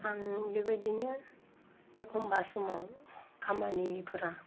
आं बेबायदिनो एखनबा समाव खामानिफोरा